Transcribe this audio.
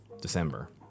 December